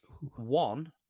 One